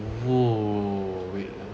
!woo! wait ah